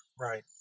Right